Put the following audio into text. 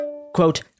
Quote